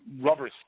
rubber